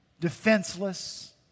defenseless